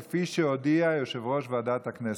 כפי שהודיע יושב-ראש ועדת הכנסת.